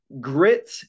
grit